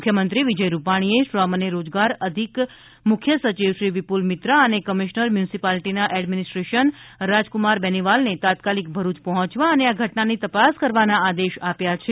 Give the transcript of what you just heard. મુખ્યમંત્રીશ્રી વિજય રૂપાણીએ શ્રમ અને રોજગારના અધિક મુખ્ય સચિવશ્રી વિપુલ મિત્રા અને કમિશ્નર મ્યુનિસિપાલીટીઝ એડમીનીસ્ટ્રેશન રાજકુમાર બેનીવાલને તાત્કાલિક ભરૂચ પહોંચવા અને આ ઘટનાની તપાસ કરવાના આદેશ આપ્યા છે